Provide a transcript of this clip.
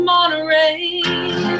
Monterey